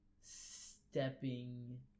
stepping